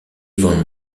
von